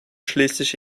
schließlich